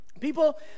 people